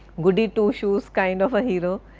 goody two shoes kind of a hero,